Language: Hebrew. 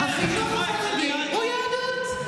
החינוך החרדי הוא יהדות.